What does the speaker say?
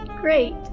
Great